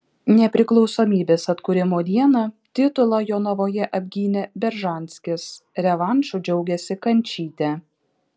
nepriklausomybės atkūrimo dieną titulą jonavoje apgynė beržanskis revanšu džiaugėsi kančytė